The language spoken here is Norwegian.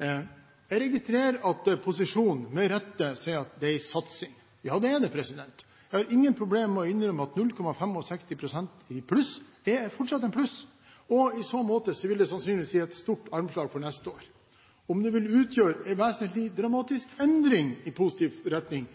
Jeg registrerer at posisjonen med rette sier at det er en satsing. Ja, det er det. Jeg har ingen problemer med å innrømme at 0,65 pst. i pluss, fortsatt er et pluss, og i så måte vil det sannsynligvis gi et stort armslag for neste år. Om det vil utgjøre en vesentlig dramatisk endring i positiv retning,